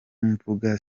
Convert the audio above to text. mvuga